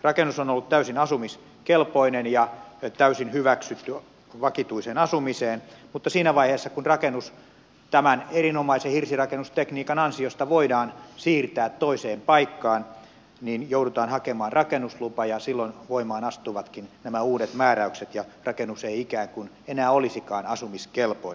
rakennus on ollut täysin asumiskelpoinen ja täysin hyväksytty vakituiseen asumiseen mutta siinä vaiheessa kun rakennus siirretään tämän erinomaisen hirsirakennustekniikan ansiosta se voidaan siirtää toisen paikkaan joudutaan hakemaan rakennuslupa ja silloin voimaan astuvatkin nämä uudet määräykset ja rakennus ei ikään kuin enää olisikaan asumiskelpoinen